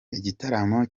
igitaramo